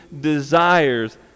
desires